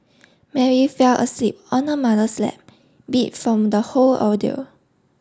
Mary fell asleep on her mother's lap beat from the whole ordeal